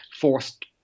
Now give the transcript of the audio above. forced